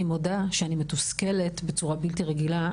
אני מודה שאני מתוסכלת בצורה בלתי רגילה,